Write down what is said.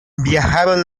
viajaron